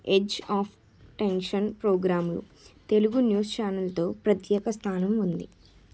edge of tension ప్రోగ్రాములు Telugu news ఛానల్తో ప్రతేక స్థానం ఉంది